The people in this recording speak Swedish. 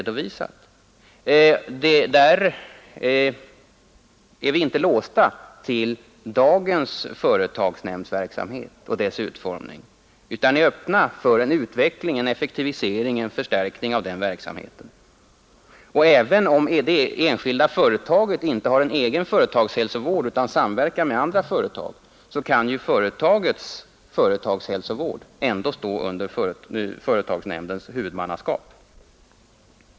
Där har vi inte låst oss till dagens utformning av företagsnämndsverksamheten utan är öppna för en utveckling, effektivisering och förstärkning av denna. Även om det enskilda företaget inte har en egen företagshälsovård utan samverkar med andra företag, kan ju dess företagshälsovård stå under företagsnämndens huvudmannaskap.